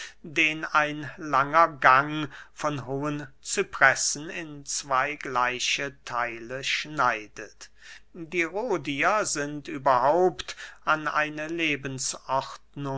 den ein langer gang von hohen cypressen in zwey gleiche theile schneidet die rhodier sind überhaupt an eine